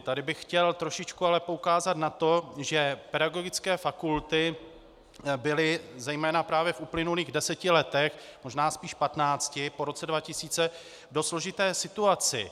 Tady bych chtěl ale trošičku poukázat na to, že pedagogické fakulty byly zejména právě v uplynulých deseti letech, možná spíš patnácti, po roce 2000 v dost složité situaci.